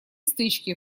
стычки